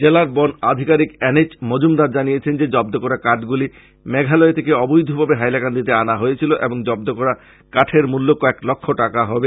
জেলার বন আধিকারীক এন এইচ মজুমদার জানিয়েছেন যে জব্দ করা কাঠগুলি মেঘালয় থেকে অবৈধভাবে হাইলাকান্দিতে আনা হয়েছিল এবং জব্দ করা কাঠের মূল্য কয়েক লক্ষ টাকা হবে